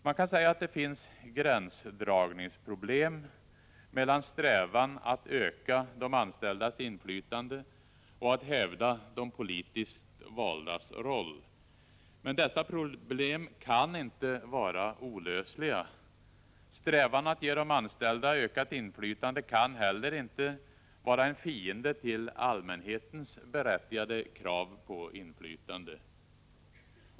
Man kan säga att det finns gränsdragningsproblem mellan strävan att öka de anställdas inflytande och att hävda de politiskt valdas roll. Men dessa problem kan inte vara olösliga. Strävan att ge de anställda ökat inflytande kan heller inte vara en fiende till allmänhetens berättigade krav på inflytande.